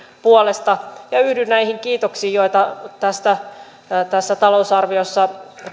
puolesta ja yhdyn näihin kiitoksiin joita tässä talousarviossa